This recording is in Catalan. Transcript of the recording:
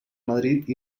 madrid